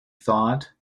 thought